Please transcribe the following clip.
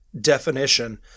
definition